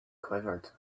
quivered